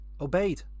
obeyed